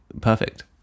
perfect